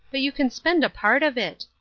but you can spend a part of it.